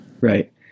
Right